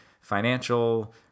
financial